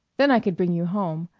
then i could bring you home.